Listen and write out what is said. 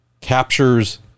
captures